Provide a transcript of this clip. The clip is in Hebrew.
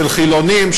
של חילונים,